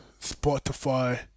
Spotify